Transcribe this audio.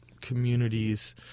communities